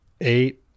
eight